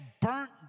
burnt